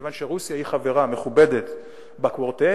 מכיוון שרוסיה היא חברה מכובדת בקוורטט,